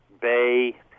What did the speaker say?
Bay